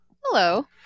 Hello